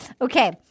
Okay